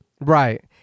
right